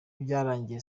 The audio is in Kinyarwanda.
byarangiye